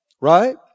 right